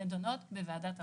נידונות בוועדת החוקה.